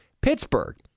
Pittsburgh